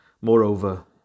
Moreover